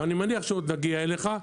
ואני מניח שעוד נגיע אליך.